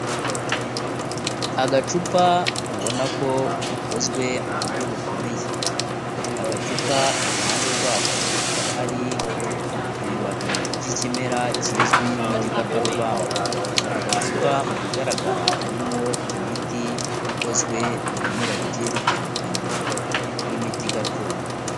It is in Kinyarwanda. Agacupa ubona ko gakozwe mu buryo bukomeye, aka gacupa iruhande rwako hakaba hari ibibabi by'ikimera kizwi nk'igikakarubamba, aka gacupa mu bigaragara harimo imiti ikozwe mu bimera bigiye bitandukanye nk'imiti gakondo.